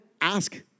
ask